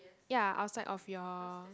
ya outside of your